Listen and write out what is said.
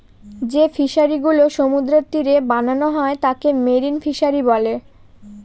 যে ফিশারিগুলা সমুদ্রের তীরে বানানো হয় তাকে মেরিন ফিশারী বলে